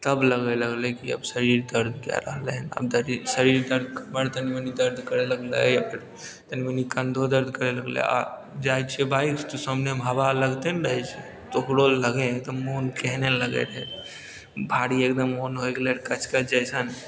तब लगे लगलै कि आब शरीर दर्द कए रहलै हन आब शरीर दर्द कमर तनी मनी दर्द करे लगलै तनी मनी कंधो दर्द करे लगलै आ जाए छियै बाइकसँ तऽ सामनेमे हबा लगते ने रहैत छै तऽ ओकरो लगै एगदम मन केहने ने लगै रहैत भारी एगदम मन होय गेलै रऽ कचकच जइसन